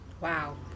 Wow